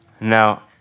Now